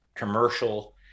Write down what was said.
commercial